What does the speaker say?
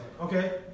okay